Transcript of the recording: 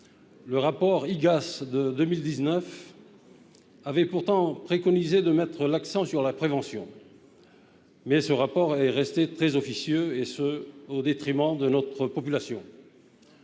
sociales (Igas) de 2019 avait pourtant préconisé de mettre l'accent sur la prévention. Mais ce rapport est resté très officieux, et ce au détriment de notre population.